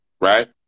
right